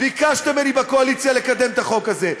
ביקשתם ממני בקואליציה לקדם את החוק הזה.